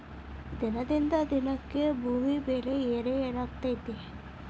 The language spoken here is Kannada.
ದಿನದಿಂದ ದಿನಕ್ಕೆ ಭೂಮಿ ಬೆಲೆ ಏರೆಏರಾತೈತಿ